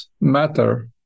matter